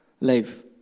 life